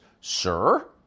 Sir